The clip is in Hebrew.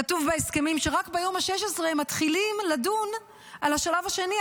כתוב בהסכמים שרק ביום ה-16 מתחילים לדון על השלב השני,